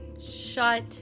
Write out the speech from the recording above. Shut